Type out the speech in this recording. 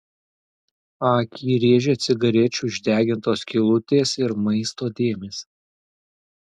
akį rėžė cigarečių išdegintos skylutės ir maisto dėmės